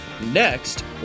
next